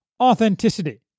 authenticity